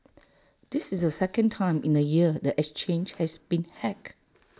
this is the second time in A year the exchange has been hacked